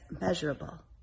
measurable